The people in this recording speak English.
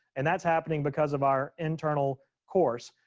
and that's happening because of our internal course.